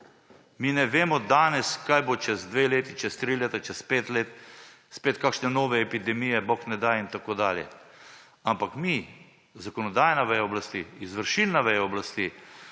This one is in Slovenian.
Mi ne vemo danes kaj bo čez dve leti, čez tri leta, čez pet let, spet kakšne nove epidemije, bog ne daj in tako dalje. Ampak mi, zakonodajna veja oblasti, izvršilna veja oblasti,